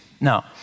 No